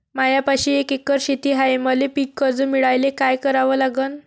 मायापाशी एक एकर शेत हाये, मले पीककर्ज मिळायले काय करावं लागन?